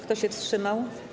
Kto się wstrzymał?